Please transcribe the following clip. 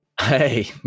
Hey